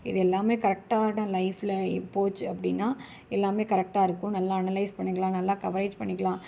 இதெல்லாமே கரெக்டான லைஃப்ல போச்சு அப்படின்னா எல்லாமே கரெக்டாக இருக்கும் நல்லா அனலைஸ் பண்ணிக்கலாம் நல்லா கவரேஜ் பண்ணிக்கலாம்